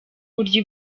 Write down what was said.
uburyo